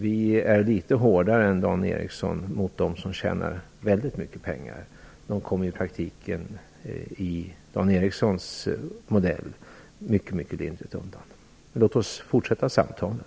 Vi är litet hårdare än Dan Ericsson mot dem som tjänar väldigt mycket pengar. I Dan Ericssons modell kommer de i praktiken mycket lindrigt undan. Låt oss fortsätta samtalet!